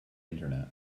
internet